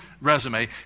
resume